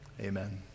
Amen